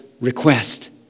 request